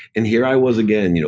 and here i was again, you know